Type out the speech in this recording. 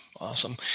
Awesome